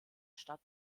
stadt